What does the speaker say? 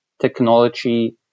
technology